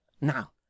Now